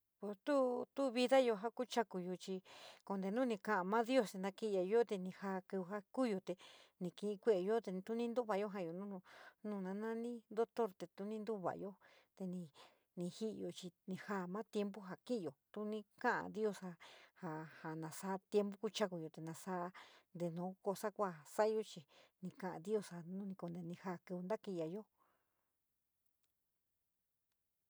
Ku tuú vidayo ja kuchakuyó chi conte nu ni ka'án ma dios te nakɨin'ɨa yo te ni jaá kɨvɨ ja kuyo te ni kiɨn kue'é yo te ni tu ni ntuva'ayo ja ni ja'anyo nu nanani doctor te tu ni ntuva'ayo te ni ji'ɨyo chi ni jaá ma tiempu ja kin'yo tu ni ka'an dios ja nasaá tiempú kuchákuyo, nasaá nte nu cosa ku ja sa'ayo chi kaán dios ja conte ni jaáa kɨvɨ nakiin'ɨayo.